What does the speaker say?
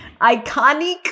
iconic